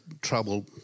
trouble